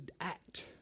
act